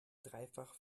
dreifach